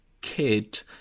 kid